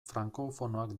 frankofonoak